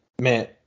man